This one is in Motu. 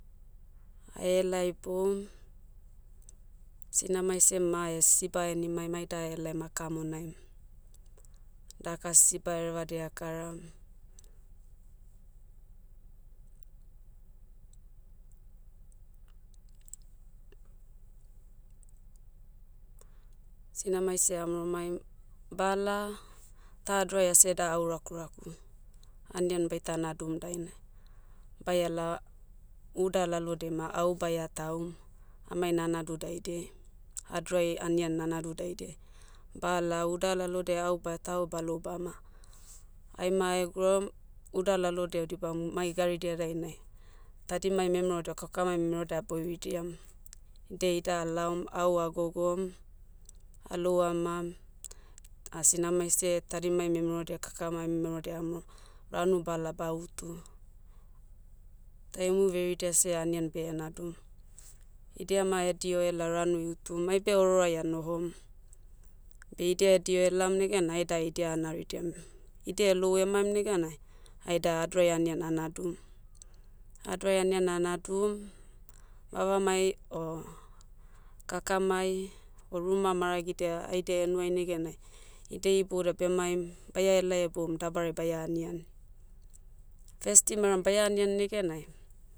Ahelai boum, sinamai seh ma sisiba henimaim aida ahelaim akamonaim. Daka sisiba herevadia akaram. Sinamai sea maoromaim, bala, ta adrai aseda au rakuraku. Anian baita nadum dainai. Baiala, uda lalodei ma au baia tahum, amai nanadu daidiai. Hadrai anian nanadu daidiai. Bala uda lalodiai au batahu balou baoma. Aima ahegrom, uda laodia odibam mai garidia dainai, tadimai memeroda kakamai memeroda aboiridiam. Idia ida alaom au agogom, alou amam, sinamai seh, tadimai memerodia kakamai memero dehamoro, ranu bala ba utu. Taihumu veridia seh anian beie nadu. Idia ma edio ela ranu iutum. Aibe ororoai anohom. Beh idia edio elam negena aida idia anaridiam. Idia elou emaim negenai, aida adrai anian anadum. Adrai anian anadum, vavamai o, kakamai, o ruma maragidia haidia henuai negenai, idia iboda bemaim, baia helai heboum dabarai baia aniani. Festim auram baia aniani negenai,